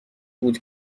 بود